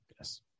Yes